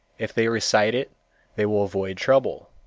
if they recite it they will avoid trouble.